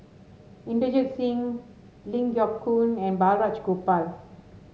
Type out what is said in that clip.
Inderjit Singh Ling Geok Choon and Balraj Gopal